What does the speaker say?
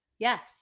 Yes